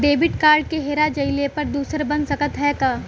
Debit card हेरा जइले पर दूसर बन सकत ह का?